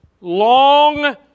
long